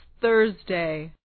Thursday